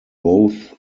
both